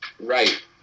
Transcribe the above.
Right